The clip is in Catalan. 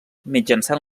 mitjançant